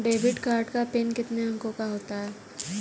Debit card का PIN कितने अंकों का होता है?